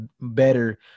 better